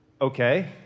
okay